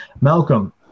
Malcolm